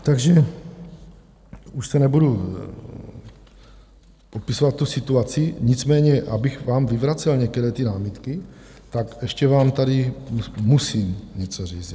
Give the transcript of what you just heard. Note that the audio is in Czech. Takže už nebudu popisovat tu situaci, nicméně abych vám vyvracel některé ty námitky, tak ještě vám tady musím něco říct.